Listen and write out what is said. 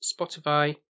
Spotify